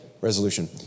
resolution